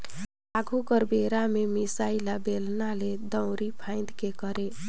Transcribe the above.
आघु कर बेरा में मिसाई ल बेलना ले, दंउरी फांएद के करे